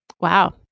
Wow